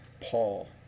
Paul